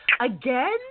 again